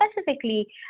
specifically